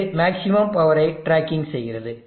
இது மேக்ஸ் பவரை ட்ராக்கிங் செய்கிறது